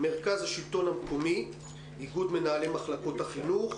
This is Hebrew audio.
מרכז השלטון המקומי, איגוד מנהלי מחלקות החינוך,